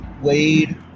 Wade